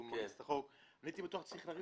שהוא מציע החוק הייתי בטוח שצריך להרים